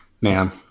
Man